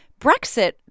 Brexit